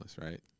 right